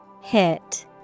Hit